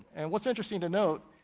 and what's interesting to note,